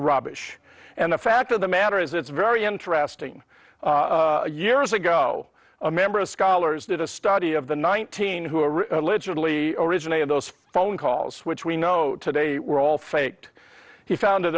rubbish and the fact of the matter is it's very interesting years ago a member of scholars did a study of the nineteen who are allegedly originated those phone calls which we know today were all faked he found